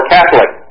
Catholic